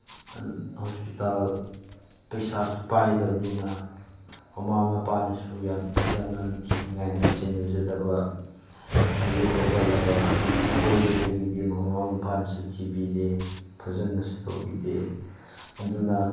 hospital ꯄꯩꯁꯥꯁꯨ ꯄꯥꯏꯗꯝꯅꯤꯅ ꯃꯃꯥ ꯃꯄꯥꯅꯁꯨ ꯌꯥꯝ ꯐꯖꯅ ꯅꯤꯡꯊꯤꯅꯤꯉꯥꯏꯅ ꯁꯦꯟꯅꯖꯗꯕ ꯑꯌꯨꯛ ꯍꯧꯒꯠꯂꯒ ꯀꯣꯏꯕꯗꯒꯤꯗꯤ ꯃꯃꯥ ꯃꯄꯥꯅꯁꯨ ꯊꯤꯕꯤꯗꯦ ꯐꯖꯅꯁꯨ ꯇꯧꯕꯤꯗꯦ ꯑꯗꯨꯅ